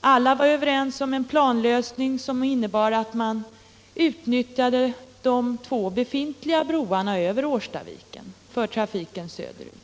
Alla var överens om en planlösning som innebar att man vägverkets medelsutnyttjade de två befintliga broarna över Årstaviken för trafiken söderut.